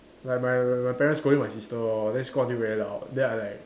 like my my my parents scolding my sister lor then scold until very loud then I like